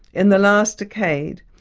in the last decade,